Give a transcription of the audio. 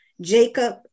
Jacob